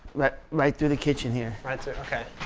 but right through the kitchen here. right through. okay.